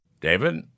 david